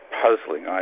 puzzling